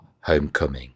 homecoming